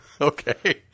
Okay